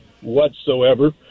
whatsoever